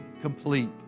complete